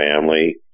family